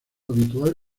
habitual